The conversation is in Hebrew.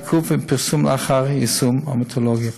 תיקוף ופרסום לאחר יישום המתודולוגיה.